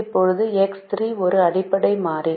இப்போது X3 ஒரு அடிப்படை மாறி